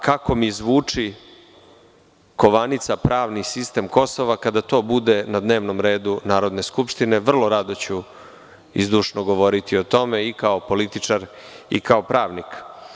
Kako mi zvuči kovanica pravni sistem Kosova, kada to bude na dnevnom redu Narodne skupštine, vrlo rado ću i zdušno govoriti o tome i kao političar i kao pravnik.